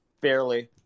Barely